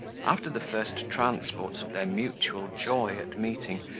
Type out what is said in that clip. after the first transports of their mutual joy at meeting,